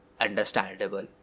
understandable